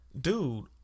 Dude